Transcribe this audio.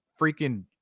freaking